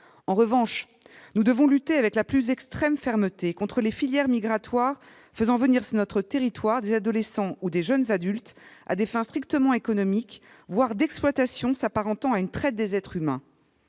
En revanche, nous devons lutter avec une extrême fermeté contre les filières migratoires faisant venir sur notre territoire des adolescents ou des jeunes adultes à des fins strictement économiques, voire d'exploitation s'apparentant à une traite des êtres humains.